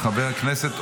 --- חברים,